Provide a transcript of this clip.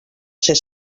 ser